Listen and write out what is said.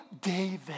David